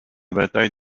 bataille